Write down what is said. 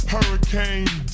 Hurricane